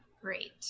Great